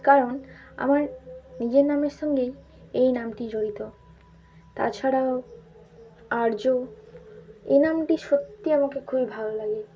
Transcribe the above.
কারণ আমার নিজের নামের সঙ্গেই এই নামটি জড়িত তাছাড়াও আর্য এই নামটি সত্যিই আমাকে খুবই ভালো লাগে